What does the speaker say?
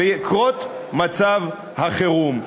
בִּקרות מצב חירום.